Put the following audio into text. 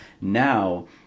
Now